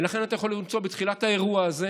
ולכן אתה יכול למצוא בתחילת האירוע הזה